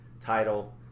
title